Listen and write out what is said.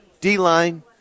D-line